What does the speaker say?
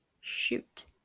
shoot